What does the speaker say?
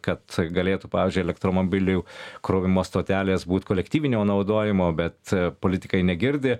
kad galėtų pavyzdžiui elektromobilių krovimo stotelės būt kolektyvinio naudojimo bet politikai negirdi